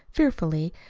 fearfully,